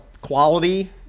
quality